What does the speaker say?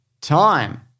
time